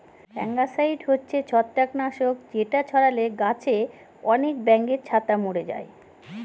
fungicide হচ্ছে ছত্রাক নাশক যেটা ছড়ালে গাছে আনেক ব্যাঙের ছাতা মোরে যায়